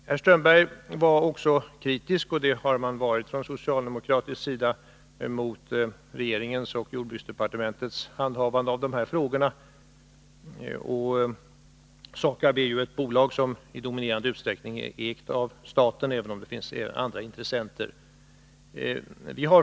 Herr Strömberg var också kritisk — och det har man varit från socialdemokratisk sida — mot regeringens och jordbruksdepartementets handhavande av dessa frågor. SAKAB är ju ett bolag som till övervägande del ägs av staten, även om det finns andra intressenter.